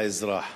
האזרח.